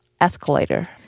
escalator